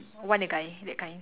want a guy that kind